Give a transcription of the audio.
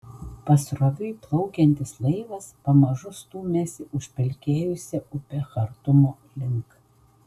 pasroviui plaukiantis laivas pamažu stūmėsi užpelkėjusia upe chartumo link